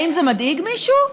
האם זה מדאיג מישהו,